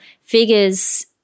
figures